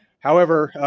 however,